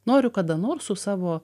noriu kada nors su savo